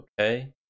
Okay